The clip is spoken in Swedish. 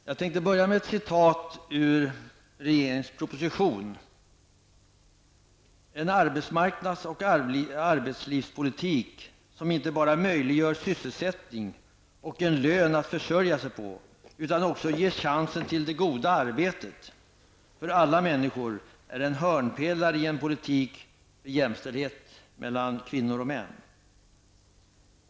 Jag skall citera ur regeringens proposition: ''En arbetsmarknads och arbetslivspolitik som inte bara möjliggör sysselsättning och en lön att försörja sig på, utan också ger chansen till 'det goda arbetet' för alla människor, är en hörnpelare i en politik för jämställdhet mellan kvinnor och män.